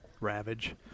ravage